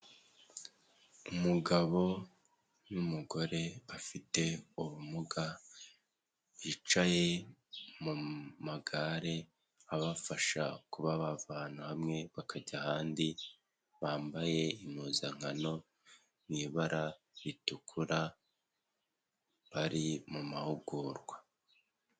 Umugabo n'umugore bafite ubumuga bicaye mu magare abafasha kuba bava ahantu hamwe bakajya ahandi, bambaye impuzankano mu ibara ritukura bari mu mahugurwa.